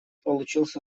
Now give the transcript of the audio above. получился